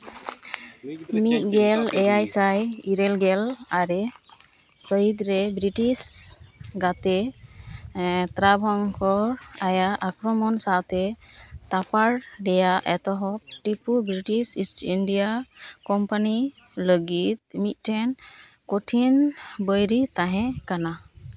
ᱢᱤᱫ ᱜᱮᱞ ᱮᱭᱟᱭ ᱥᱟᱭ ᱤᱨᱟᱹᱞ ᱜᱮᱞ ᱟᱨᱮ ᱥᱟᱹᱦᱤᱛ ᱨᱮ ᱵᱨᱤᱴᱤᱥ ᱜᱟᱛᱮ ᱛᱨᱟᱵᱷᱟᱝ ᱠᱚ ᱟᱭᱟᱜ ᱟᱠᱨᱚᱢᱚᱱ ᱥᱟᱶᱛᱮ ᱛᱟᱯᱟᱲ ᱨᱮᱭᱟᱜ ᱮᱛᱚᱦᱚᱵ ᱩᱱᱠᱩ ᱵᱨᱤᱴᱤᱥ ᱤᱥᱴ ᱤᱱᱰᱤᱭᱟ ᱠᱳᱢᱯᱟᱱᱤ ᱞᱟᱹᱜᱤᱫ ᱢᱤᱫᱴᱮᱱ ᱠᱚᱴᱷᱤᱱ ᱵᱟᱹᱭᱨᱤ ᱛᱟᱦᱮᱸ ᱠᱟᱱᱟ